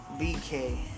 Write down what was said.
BK